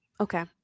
okay